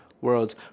worlds